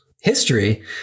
history